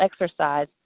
exercise